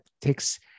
takes